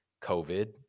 COVID